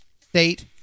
state